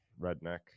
redneck